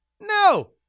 No